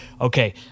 okay